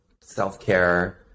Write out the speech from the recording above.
self-care